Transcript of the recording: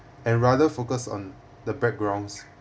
and rather focus on the backgrounds